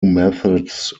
methods